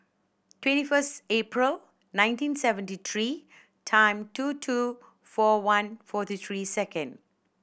twenty first April nineteen seventy three time two two four one forty three second